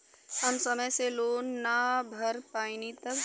हम समय से लोन ना भर पईनी तब?